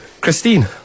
Christine